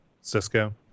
Cisco